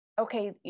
okay